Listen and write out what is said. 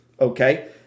okay